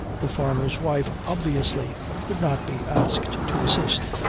the farmer's wife obviously could not be asked to assist.